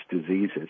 diseases